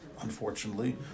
unfortunately